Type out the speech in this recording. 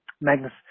Magnus